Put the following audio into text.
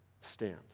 stand